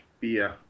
beer